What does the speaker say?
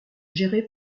géré